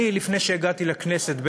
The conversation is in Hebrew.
לפני שהגעתי לכנסת,